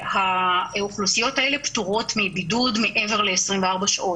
האוכלוסיות האלה פטורות מבידוד מעבר ל-24 שעות.